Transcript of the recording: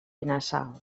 benassal